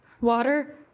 Water